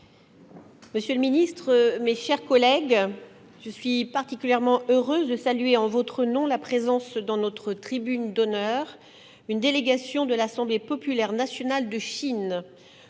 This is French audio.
Monsieur le ministre, mes chers collègues, je suis particulièrement heureuse de saluer en votre nom, la présence dans notre tribune d'honneur, une délégation de l'Assemblée populaire nationale de Chine,